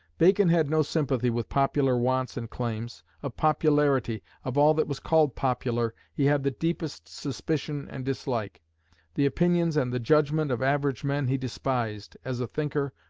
bacon had no sympathy with popular wants and claims of popularity, of all that was called popular, he had the deepest suspicion and dislike the opinions and the judgment of average men he despised, as a thinker,